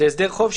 זה הסדר חוב,